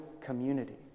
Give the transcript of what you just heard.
community